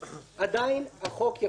עדיין החוק יחול עליך.